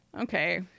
Okay